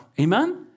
Amen